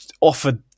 offered